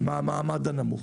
מהמעמד הנמוך.